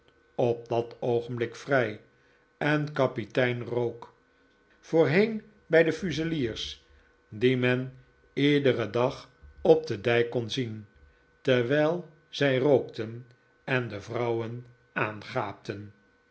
op dat oogenblik vrij en kapitein rook voorheen bij de fuseliers die men iederen dag op den dijk kon zien terwijl zij rookten en de vrouwen aangaapten